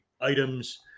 items